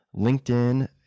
LinkedIn